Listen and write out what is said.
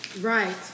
Right